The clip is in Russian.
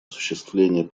осуществления